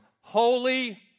Holy